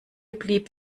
blieb